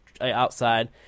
outside